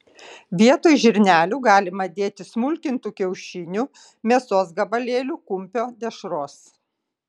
vietoj žirnelių galima dėti smulkintų kiaušinių mėsos gabalėlių kumpio dešros